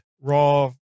raw